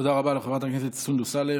תודה רבה לחברת הכנסת סונדוס סאלח.